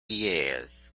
years